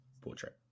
portrait